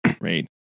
right